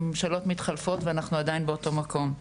ממשלות מתחלפות ואנחנו עדיין באותו מקום?